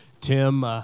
Tim